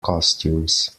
costumes